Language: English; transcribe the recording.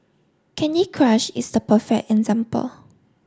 Candy Crush is the perfect example